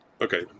okay